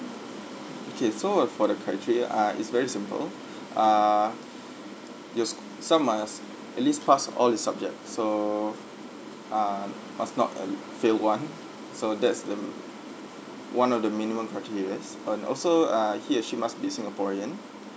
okay so uh for the criteria ah it's very simple ah you s~ so you must at least pass all the subjects so ah must not at l~ failed one so that's the m~ one of the minimum criterias and also ah he or she must be singaporean